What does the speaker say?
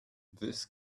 this